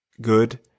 good